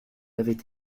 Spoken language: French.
avaient